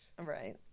Right